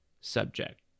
subject